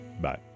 Bye